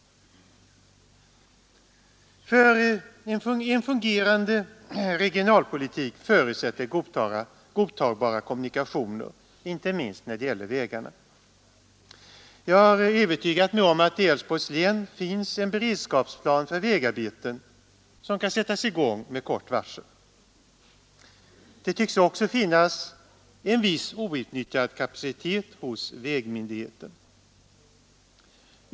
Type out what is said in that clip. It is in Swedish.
En fungerande regionalpolitik förutsätter godtagbara kommunikationer, inte minst när det gäller vägarna. Jag har övertygat mig om att det i Älvsborgs län finns en beredskapsplan för vägarbeten som kan sättas i gång med kort varsel. Det tycks också finnas en viss outnyttjad kapacitet hos vägmyndigheten.